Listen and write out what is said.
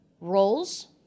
roles